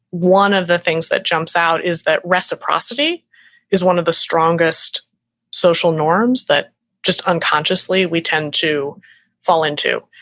one of the things that jumps out is that reciprocity is one of the strongest social norms that just unconsciously we tend to fall into.